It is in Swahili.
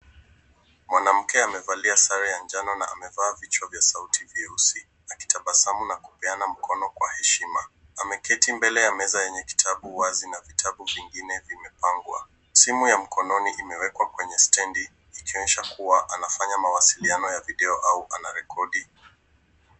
Mwanamke amevalia sare ya njano na amevaa vichwa vya sauti vyeusi, akitabasamu na kupeana mkono kwa heshima. Ameketi mbele ya meza yenye kitabu wazi na vitabu vingine vimepangwa. Simu ya mkononi imewekwa kwenye stendi ikionyesha kuwa anafanya mawasiliano ya video au anarekodi.